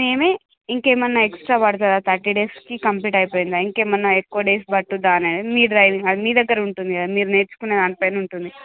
మేమే ఇంకేమన్నా ఎక్స్ట్రా పడుతుందా థర్టీ డేస్కి కంప్లీట్ అయిపోయిందా ఇంకేమన్నా ఎక్కువ డేస్ పట్టుద్దా అనేది మీ డ్రైవింగ్ అది మీ దగ్గర ఉంటుంది కదా మీరు నేర్చుకునే దాన్ని పైన ఉంటుంది